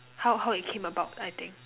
how how it came about I think